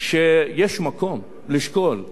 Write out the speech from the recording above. שיש מקום לשקול,